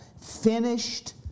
finished